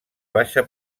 baixa